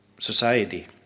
society